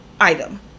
item